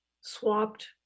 swapped